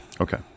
Okay